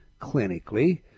clinically